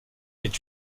est